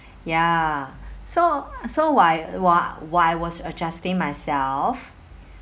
ya so so while while while I was adjusting myself